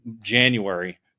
January